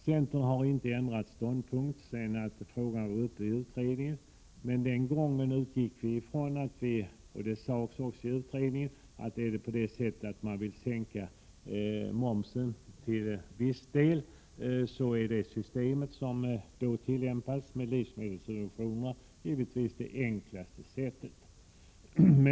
Centern har inte ändrat ståndpunkt sedan frågan var uppe i utredningen, men den gången utgick vi från — och det sades också i utredningen — att om man vill sänka momsen till viss del är systemet med livsmedelssubventioner givetvis det enklaste sättet.